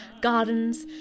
gardens